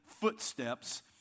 footsteps